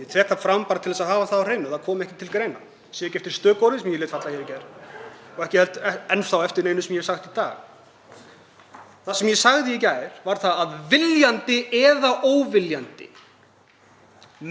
Ég tek það fram bara til að hafa það á hreinu að það kemur ekki til greina, ég sé ekki eftir stöku orði sem ég lét falla í gær og ekki enn þá eftir neinu sem ég hef sagt í dag. Það sem ég sagði í gær var það að viljandi eða óviljandi,